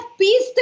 peace